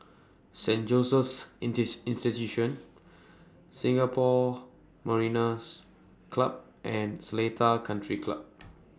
Saint Joseph's Institution Singapore Mariners' Club and Seletar Country Club